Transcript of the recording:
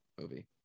movie